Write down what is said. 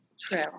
True